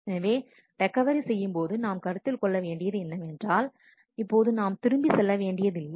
எனவே ரெக்கவரி செய்யும் போது நாம் கருத்தில் கொள்ள வேண்டியது என்னவென்றால் இப்போது நாம் திரும்பிச் செல்ல வேண்டியதில்லை